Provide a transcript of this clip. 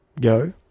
Go